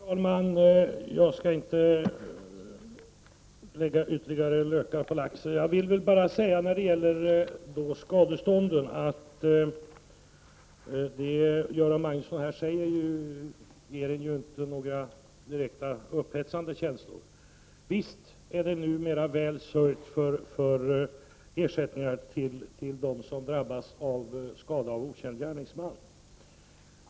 Herr talman! Jag skall inte lägga ytterligare lök på laxen utan vill bara säga följande. Det Göran Magnusson säger beträffande skadestånd ger inte upphov till några direkt upphetsande känslor. Visst är det numera väl sörjt för ersättningar till den som drabbas av skada av okänd gärningsman.